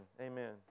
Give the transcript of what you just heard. Amen